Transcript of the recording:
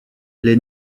les